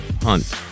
Hunt